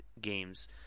games